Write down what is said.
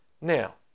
Now